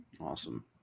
Awesome